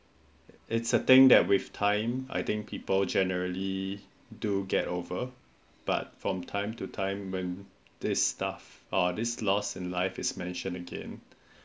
it's a thing that with time I think people generally do get over but from time to time when this stuff or this lose in life mention again